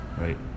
right